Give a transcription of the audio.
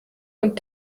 und